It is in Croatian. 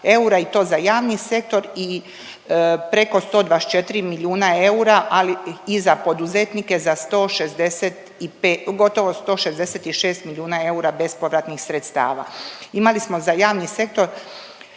eura i to za javni sektor i preko 124 milijuna eura, ali i za poduzetnike za gotovo 166 milijuna eura bespovratnih sredstava. Imali smo za javni sektor